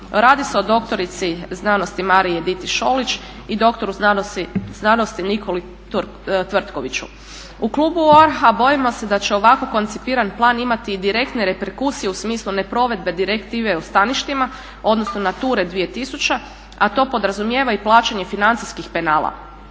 Radi se o doktorici znanosti Mariji Editi Šolić i doktoru znanosti Nikoli Tvrtkoviću. U klubu ORAH-a bojimo se da će ovako koncipiran plan imati i direktne reperkusije u smislu neprovedbe Direktive o staništima, odnosno NATURA-e 2000 a to podrazumijeva i plaćanje financijskih penala.